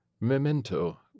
Memento